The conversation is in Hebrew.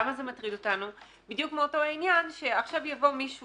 למה זה מטריד אותנו בדיוק מאותו עניין שעכשיו יבוא מישהו